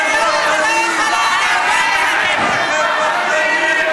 זה לא היה יכול לעבור,